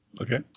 Okay